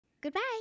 Goodbye